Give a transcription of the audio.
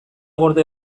gorde